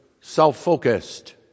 self-focused